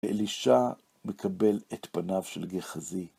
אלישע מקבל את פניו של גחזי.